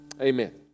Amen